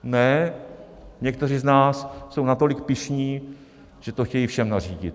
Ne, někteří z nás jsou natolik pyšní, že to chtějí všem nařídit.